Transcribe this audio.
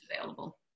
available